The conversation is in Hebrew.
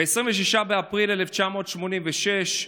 ב-26 באפריל 1986,